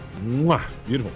Beautiful